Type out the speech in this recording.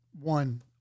one